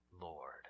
Lord